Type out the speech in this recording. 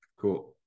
Cool